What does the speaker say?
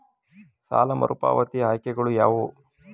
ಸಾಲ ಮರುಪಾವತಿ ಆಯ್ಕೆಗಳು ಯಾವುವು?